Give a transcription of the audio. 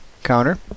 counter